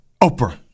Oprah